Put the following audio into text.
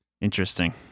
Interesting